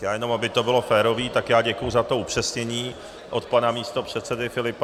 Já jenom aby to bylo férové, tak děkuji za to upřesnění od pana místopředsedy Filipa.